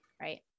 Right